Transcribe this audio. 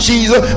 Jesus